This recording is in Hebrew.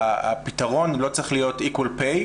הפתרון לא צריך להיות שכר שווה,